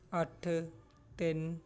ਅੱਠ ਤਿੰਨ